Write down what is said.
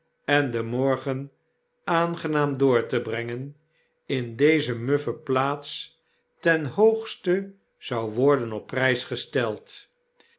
en den morgen aangenaam door te brengen in deze muffe plaats ten hoogste zou worden op prijs gesteld